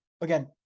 again